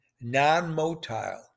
non-motile